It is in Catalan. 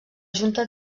junta